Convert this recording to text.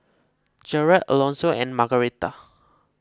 Jered Alonso and Margarita